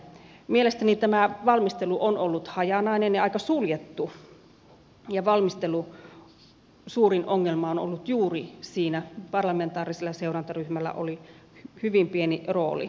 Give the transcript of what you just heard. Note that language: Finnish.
mielestäni tämä valmistelu on ollut hajanainen ja aika suljettu ja valmistelun suurin ongelma on ollut juuri siinä että parlamentaarisella seurantaryhmällä oli hyvin pieni rooli